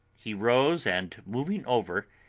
he rose and moving over,